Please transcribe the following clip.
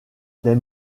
des